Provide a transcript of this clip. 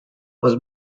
was